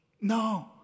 No